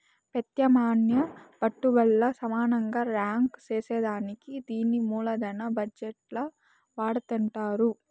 పెత్యామ్నాయ పెట్టుబల్లను సమానంగా రాంక్ సేసేదానికే దీన్ని మూలదన బజెట్ ల వాడతండారు